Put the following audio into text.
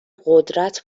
قدرت